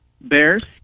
Bears